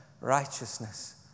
righteousness